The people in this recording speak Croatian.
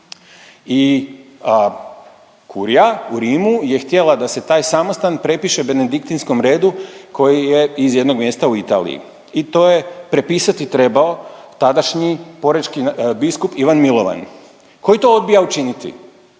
i kurija u Rimu je htjela da se taj samostan prepiše benediktinskom redu koji je iz jednog mjesta u Italiji i to je prepisati trebao tadašnji porečki biskup Ivan Milovan koji to odbija učiniti,